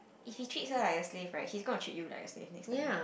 if he treats her like a slave right he's gonna treat you like a slave next time